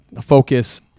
focus